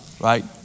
right